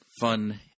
fun